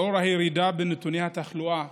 לאור הירידה בנתוני התחלואה